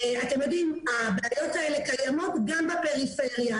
אתם יודעים שהבעיות האלה קיימות גם בפריפריה.